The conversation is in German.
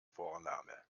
vorname